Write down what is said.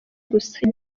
gusa